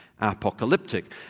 apocalyptic